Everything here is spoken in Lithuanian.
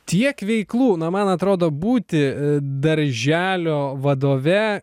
tiek veiklų na man atrodo būti darželio vadove